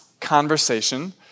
conversation